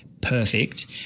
Perfect